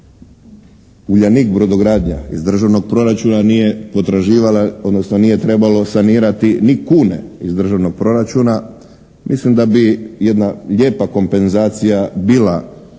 Uljanik brodogradnja iz Državnog proračuna nije potraživala odnosno nije trebalo sanirati ni kune iz Državnog proračuna mislim da bi jedna lijepa kompenzacija bila